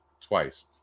twice